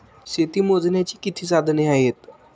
शेती मोजण्याची किती साधने आहेत?